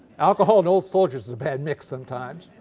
alcohol and old soldiers is a bad mix sometimes